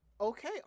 Okay